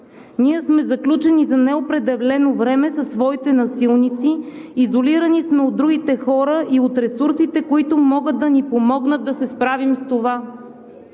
Ние сме заключени за неопределено време със своите насилници, изолирани сме от другите хора и от ресурсите, които могат да ни помогнат да се справим с това.“